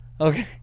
Okay